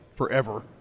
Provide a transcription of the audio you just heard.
Forever